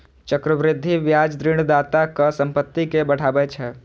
चक्रवृद्धि ब्याज ऋणदाताक संपत्ति कें बढ़ाबै छै